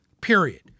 Period